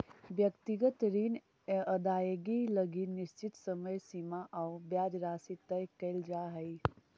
व्यक्तिगत ऋण अदाएगी लगी निश्चित समय सीमा आउ ब्याज राशि तय कैल जा हइ